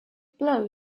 blow